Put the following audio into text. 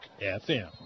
FM